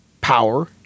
power